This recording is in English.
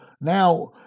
now